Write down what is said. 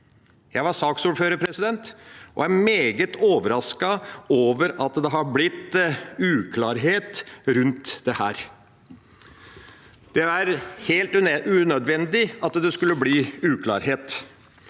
Jeg var saksordfører. Jeg er meget overrasket over at det har blitt uklarhet rundt dette. Det er helt unødvendig at det skulle bli uklarhet.